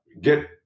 get